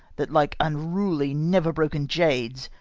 that, like unruly never-broken jades,